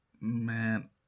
Man